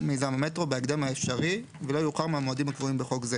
מיזם המטרו בהקדם האפשרי ולא יאוחר מהמועדים הקבועים בחוק זה.